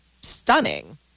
stunning